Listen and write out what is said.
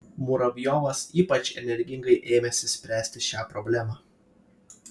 muravjovas ypač energingai ėmėsi spręsti šią problemą